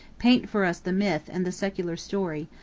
paint for us the myth and the secular story,